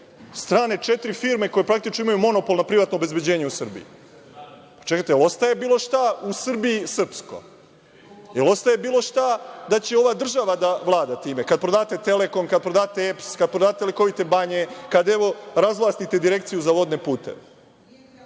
strane četiri firme koje imaju monopol nad privatnim obezbeđenjem u Srbiji. Čekajte, da li ostaje bilo šta u Srbiji srpsko? Da li ostaje bilo šta da će ova država da vlada time, kada prodate Telekom, kada prodate EPS, kada prodate lekovite banje, kada razvlastite Direkciju za vodne